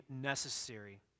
necessary